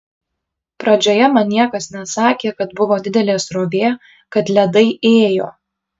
pradžioje man niekas nesakė kad buvo didelė srovė kad ledai ėjo